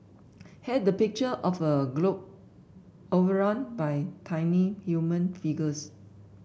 had the picture of a globe overrun by tiny human figures